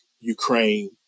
Ukraine